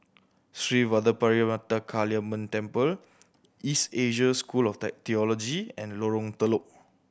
Sri Vadapathira Kaliamman Temple East Asia School of Theology and Lorong Telok